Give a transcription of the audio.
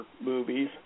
movies